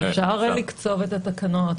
אפשר לקצוב את התקנות,